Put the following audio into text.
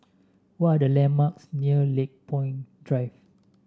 what are the landmarks near Lakepoint Drive